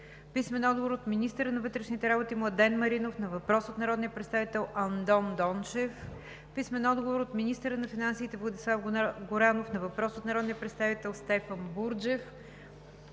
Христов; - министъра на вътрешните работи Младен Маринов на въпрос от народния представител Андон Дончев; - министъра на финансите Владислав Горанов на въпрос от народния представител Стефан Бурджев;